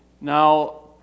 Now